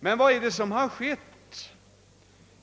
Men vad är det som har skett?